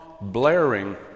Blaring